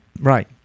Right